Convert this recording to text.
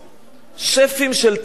שפים של "תדמור".